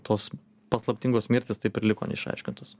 tos paslaptingos mirtys taip ir liko neišaiškintos